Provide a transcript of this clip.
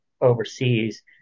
overseas